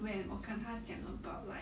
when 我跟他讲 about like